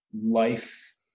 life